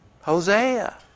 Hosea